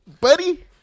buddy